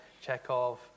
Chekhov